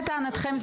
לטענתכם,